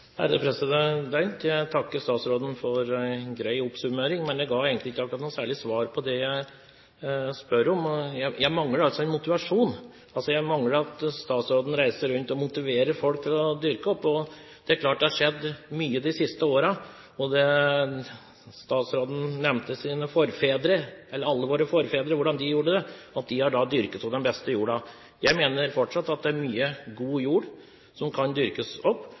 Jeg takker statsråden for en grei oppsummering, men den ga egentlig ikke noe særlig svar på det jeg spør om. Jeg mangler en motivasjon – jeg mangler det at statsråden reiser rundt og motiverer folk til å dyrke opp. Det er klart at det har skjedd mye de siste årene. Statsråden nevnte alle våre forfedre og hvordan de gjorde det – at de har dyrket opp den beste jorda. Jeg mener fortsatt at det er mye god jord som kan dyrkes opp,